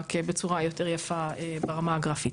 רק בצורה יותר יפה ברמה הגרפית.